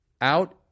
out